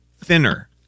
thinner